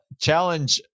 challenge